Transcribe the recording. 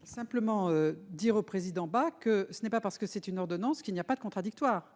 veux simplement dire au président Bas que ce n'est pas parce que c'est une ordonnance qu'il n'y a pas de contradictoire.